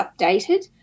updated